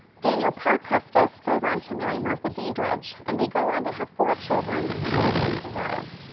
daniel parke custis goes on to marry martha dandridge and they go on to have four children, two of whom survive.